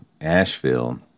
Asheville